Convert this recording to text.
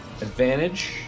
advantage